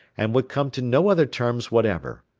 and would come to no other terms whatever.